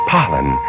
Pollen